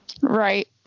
Right